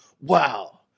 Wow